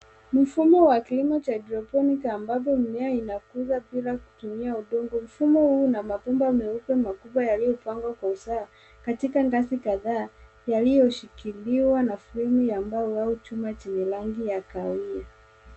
Mfumo wa kilimo cha hydroponic ambapo mimea inakuzwa bila kutumia udongo. Mfumo huu una mabomba meupe makubwa yaliyopangwa kwa usawa katika ngazi kadhaa yaliyoshikiliwa na fremu ya mbao au chuma chenye rangi ya kahawia.